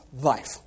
life